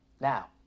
Now